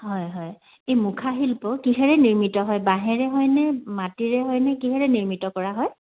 হয় হয় এই মুখা শিল্প কিহেৰে নিৰ্মিত হয় বাঁহেৰে হয়নে মাটিৰে হয়নে কিহেৰে নিৰ্মিত কৰা হয়